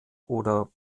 oder